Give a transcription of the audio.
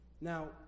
Now